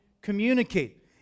communicate